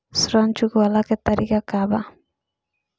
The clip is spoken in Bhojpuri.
ऋण चुकव्ला के तरीका का बा?